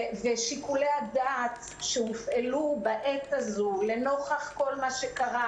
ושיקולי הדעת שהופעלו בעת הזו לנוכח כל מה שקרה